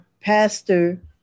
pastor